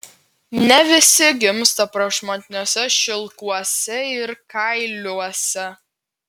ne visi gimsta prašmatniuose šilkuose ir kailiuose